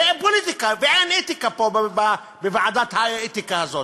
זה פוליטיקה, ואין אתיקה פה, בוועדת האתיקה הזאת.